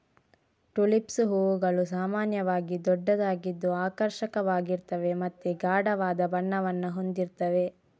tulips ಹೂವುಗಳು ಸಾಮಾನ್ಯವಾಗಿ ದೊಡ್ಡದಾಗಿದ್ದು ಆಕರ್ಷಕವಾಗಿರ್ತವೆ ಮತ್ತೆ ಗಾಢವಾದ ಬಣ್ಣವನ್ನ ಹೊಂದಿರ್ತವೆ